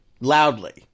Loudly